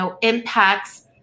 impacts